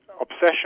obsession